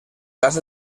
cas